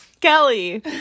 Kelly